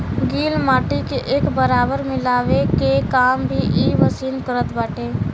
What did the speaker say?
गिल माटी के एक बराबर मिलावे के काम भी इ मशीन करत बाटे